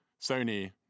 Sony